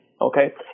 okay